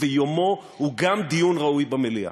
ויומו הוא גם דיון ראוי במליאה,